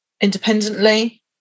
independently